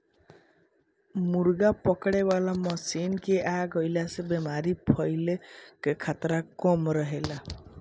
मुर्गा पकड़े वाला मशीन के आ जईला से बेमारी फईले कअ खतरा कम रहेला